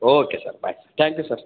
okay sir bye thank you sir